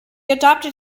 adopted